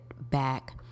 back